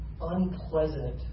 unpleasant